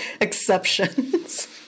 exceptions